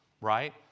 right